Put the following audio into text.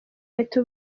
leta